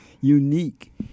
unique